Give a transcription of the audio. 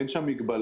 אין שם מגבלה,